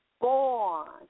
born